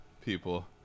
people